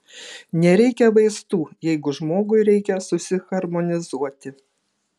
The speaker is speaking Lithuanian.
nereikia vaistų jeigu žmogui reikia susiharmonizuoti